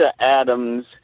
Adams